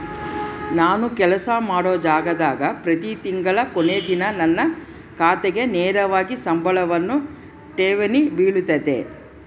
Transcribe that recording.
ನಾನು ಕೆಲಸ ಮಾಡೊ ಜಾಗದಾಗ ಪ್ರತಿ ತಿಂಗಳ ಕೊನೆ ದಿನ ನನ್ನ ಖಾತೆಗೆ ನೇರವಾಗಿ ಸಂಬಳವನ್ನು ಠೇವಣಿ ಬಿಳುತತೆ